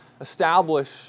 establish